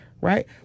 right